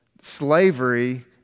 slavery